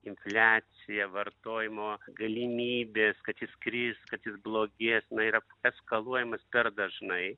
infliacija vartojimo galimybės kad jos kris kad jos blogės na yra eskaluojamos per dažnai